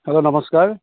hello নমস্কাৰ